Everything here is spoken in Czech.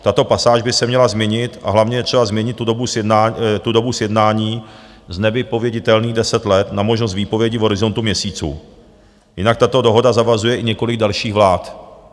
Tato pasáž by se měla změnit a hlavně třeba změnit tu dobu sjednání z nevypověditelných 10 let na možnost výpovědi v horizontu měsíců, jinak tato dohoda zavazuje i několik dalších vlád.